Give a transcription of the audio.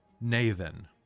Nathan